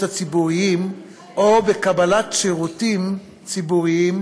ציבוריים או בקבלת שירותים ציבוריים,